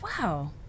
wow